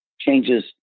changes